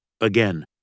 Again